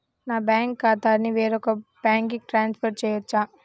నా బ్యాంక్ ఖాతాని వేరొక బ్యాంక్కి ట్రాన్స్ఫర్ చేయొచ్చా?